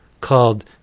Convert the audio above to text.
called